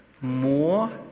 more